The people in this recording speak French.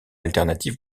alternative